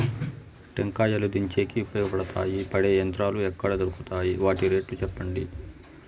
టెంకాయలు దించేకి ఉపయోగపడతాయి పడే యంత్రాలు ఎక్కడ దొరుకుతాయి? వాటి రేట్లు చెప్పండి?